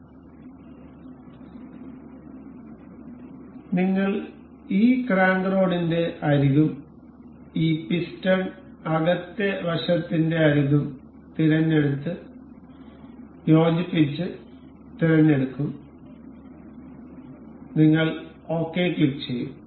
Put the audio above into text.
അതിനാൽനിങ്ങൾ ഈ ക്രാങ്ക് റോഡിന്റെ അരികും ഈ പിസ്റ്റൺ അകത്തെ വശത്തിന്റെ അരികും തിരഞ്ഞെടുത്ത് യോജിപ്പിച്ച് തിരഞ്ഞെടുക്കും നിങ്ങൾ ഓകെ ക്ലിക്കുചെയ്യും